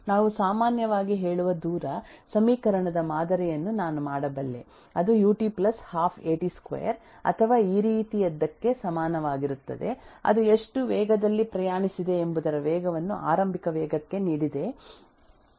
ನಾವು ಸಾಮಾನ್ಯವಾಗಿ ಹೇಳುವ ದೂರ ಸಮೀಕರಣದ ಮಾದರಿಯನ್ನು ನಾನು ಮಾಡಬಲ್ಲೆ ಅದು UT plus half AT square ಅಥವಾ ಈ ರೀತಿಯದ್ದಕ್ಕೆ ಸಮಾನವಾಗಿರುತ್ತದೆ ಅದು ಎಷ್ಟು ವೇಗದಲ್ಲಿ ಪ್ರಯಾಣಿಸಿದೆ ಎಂಬುದರ ವೇಗವನ್ನು ಆರಂಭಿಕ ವೇಗಕ್ಕೆ ನೀಡಿದೆ ಎಂದು ಹೇಳುತ್ತದೆ